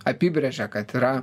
apibrėžia kad yra